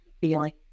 feeling